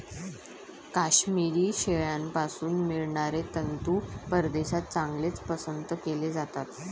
काश्मिरी शेळ्यांपासून मिळणारे तंतू परदेशात चांगलेच पसंत केले जातात